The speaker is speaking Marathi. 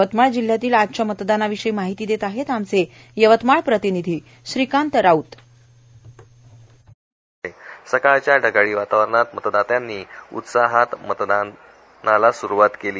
यवतमाळ जिल्ह्यातील आजच्या मतदानाविषयी माहिती देत आहेत आमचे यवतमाळचे प्रतिनिधी श्रीकांत राऊत सकाळच्या ढगाळी वातावरणात मतदारांनी उत्साहात मतदानाला मुस्खवात केली